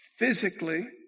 physically